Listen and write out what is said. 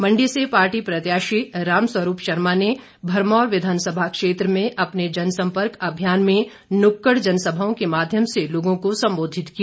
मंडी से पार्टी प्रत्याशी रामस्वरूप शर्मा ने भरमौर विधानसभा क्षेत्र में अपने जनसंपर्क अभियान में नुक्कड़ जनसभाओं के माध्यम से लोगों को संबोधित किया